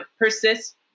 persist